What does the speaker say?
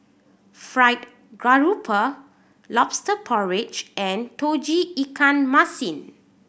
fried grouper Lobster Porridge and Tauge Ikan Masin